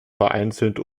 vereinzelt